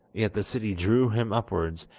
yet the city drew him upwards,